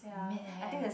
Matt have